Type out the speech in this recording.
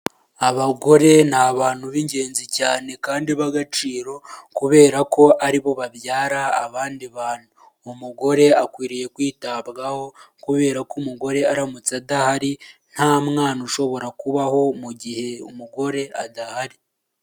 Abagore ni abantu b'ingenzi cyane kandi b'agaciro kubera ko ari bo babyara abandi bantu, umugore akwiriye kwitabwaho kubera ko umugore aramutse adahari nta mwana ushobora kubaho mu gihe umugore adahari.